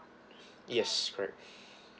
yes correct